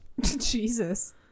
jesus